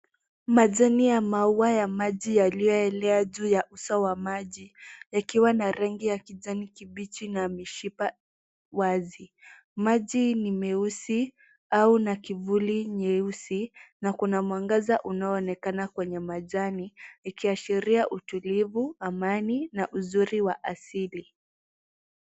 Majani ya maua ya maji yaliyoelea juu ya uso wa maji, yakiwa na rangi ya kijani kibichi na mishipa wazi. Maji hii ni meusi au na kivuli nyeusi, na kuna mwangaza unaoonekana kwenye majani, ikiashiria utulivu, amani na uzuri wa asili.